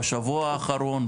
בשבוע האחרון,